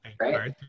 right